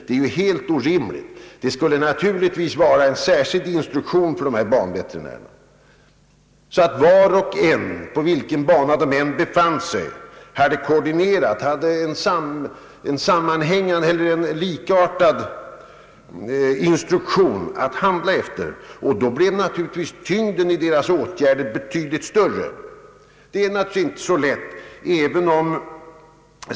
Det är helt orimligt. Det borde naturligtvis finnas en särskild instruktion för banveterinärerna så att var och en av dem, på vilken bana han än befann sig, hade en likartad instruktion att handla efter. Då skulle naturligtvis tyngden i deras åtgärder bli betydligt större.